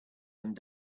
and